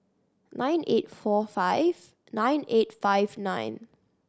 nine eight four five nine eight five nine